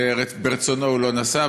מרצונו הוא לא נסע,